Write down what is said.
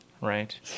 right